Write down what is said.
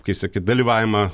kai sakyt dalyvavimą